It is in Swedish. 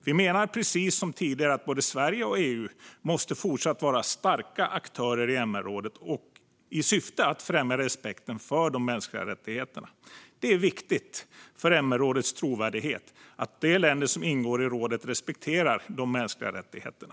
Vi menar precis som tidigare att både Sverige och EU måste fortsätta att vara starka aktörer i MR-rådet i syfte att främja respekten för de mänskliga rättigheterna. Det är viktigt för MR-rådets trovärdighet att de länder som ingår i rådet respekterar de mänskliga rättigheterna.